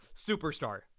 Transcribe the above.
superstar